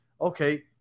okay